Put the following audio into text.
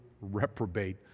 reprobate